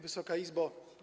Wysoka Izbo!